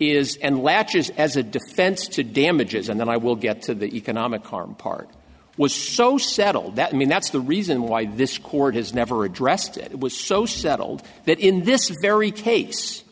latches as a defense to damages and then i will get to the economic harm part was so settled that i mean that's the reason why this court has never addressed it was so settled that in this very case